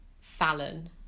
Fallon